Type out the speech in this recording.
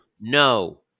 No